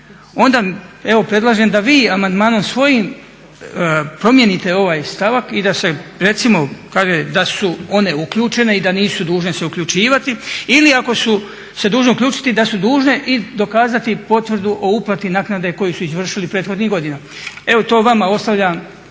onda evo predlažem da vi amandmanom svojim promijenite ovaj stavak i da se recimo kaže da su one uključene i da nisu dužne se uključivati. Ili ako su se dužne uključiti da su dužne i dokazati i potvrdu o uplati naknade koju su izvršili prethodnih godina. Evo to vama ostavljam